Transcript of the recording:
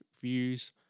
views